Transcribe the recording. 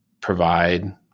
provide